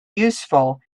useful